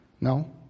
No